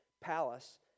palace